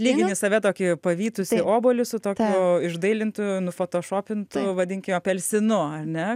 lygini save tokį pavytusį obuolį su tokiu išdailintu nufotošopintu vadinkim apelsinu ar ne